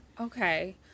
Okay